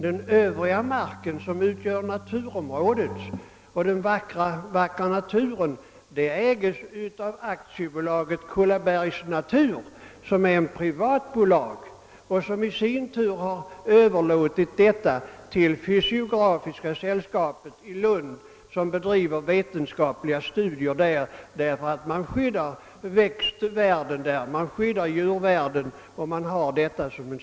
Den övriga marken, som utgör det vackra naturområdet, ägs av AB Kullabergs Natur, som är ett privat bolag och som i sin tur upplåtit området till Fysiografiska sällskapet i Lund som bedriver vetenskapliga studier och skyddar växtoch djurvärlden där.